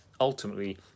ultimately